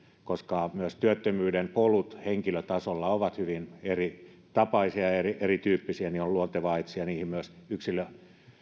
koska myös työttömyyden polut henkilötasolla ovat hyvin eritapaisia ja erityyppisiä niin on luontevaa että siellä on myös yksilön